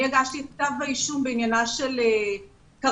אני הגשתי את כתב האישום בעניינה של כרמל